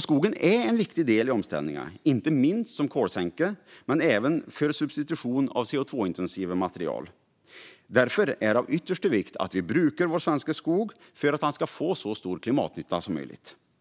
Skogen är en viktig del i omställningen, inte minst som kolsänka men även för substitution av CO2-intensiva material. Därför är det av yttersta vikt att vi brukar vår svenska skog för att få så stor klimatnytta som möjligt.